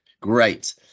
great